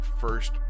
first